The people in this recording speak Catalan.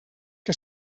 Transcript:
que